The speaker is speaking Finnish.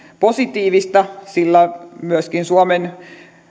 positiivista sillä myöskin suomen